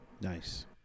Nice